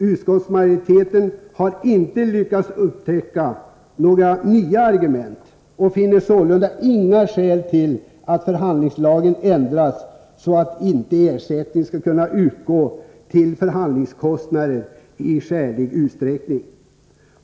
Utskottsmajoriteten har inte lyckats upptäcka några nya argument och finner sålunda inga skäl till att förhandlingslagen ändras så att inte ersättning skall kunna utgå till förhandlingskostnader i skälig utsträckning.